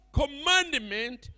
commandment